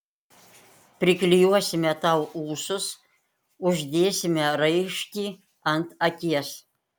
priklijuosime tau ūsus uždėsime raištį ant akies